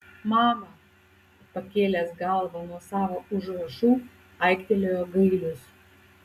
mama pakėlęs galvą nuo savo užrašų aiktelėjo gailius